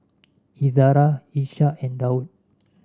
Izara Ishak and Daud